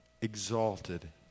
exalted